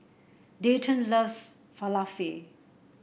Dayton loves Falafel